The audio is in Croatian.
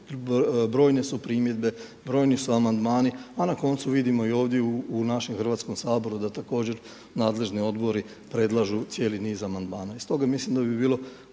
brojne su primjedbe, brojni su amandmani, a na koncu vidimo i ovdje u našem Hrvatskom saboru da također nadležni odbori predlažu cijeli niz amandmana.